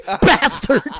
bastard